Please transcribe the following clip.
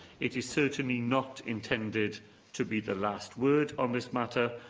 it is certainly not intended to be the last word on this matter,